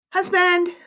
husband